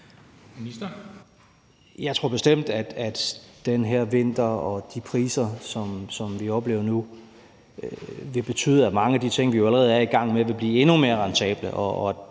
Jeg tror bestemt, at den her vinter og de priser, som vi oplever nu, vil betyde, at mange af de ting, vi allerede er i gang med, vil blive endnu mere rentable, og at